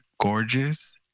Gorgeous